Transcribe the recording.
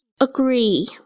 agree